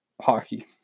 hockey